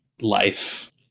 life